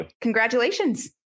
congratulations